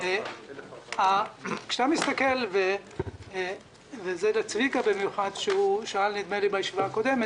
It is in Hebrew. אני עונה במיוחד לצביקה האוזר ששאל בישיבה הקודמת.